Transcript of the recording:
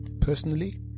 Personally